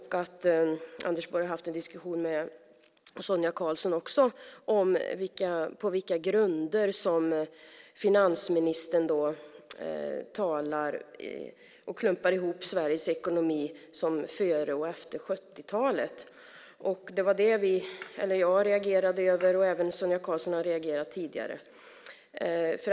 Finansministern har även haft en diskussion med Sonia Karlsson om på vilka grunder han talar om och klumpar ihop Sveriges ekonomi före och efter 70-talet. Det var det jag reagerade över och som Sonia Karlsson tidigare reagerade över.